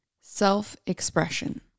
self-expression